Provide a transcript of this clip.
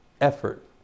effort